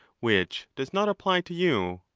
which does not apply to you.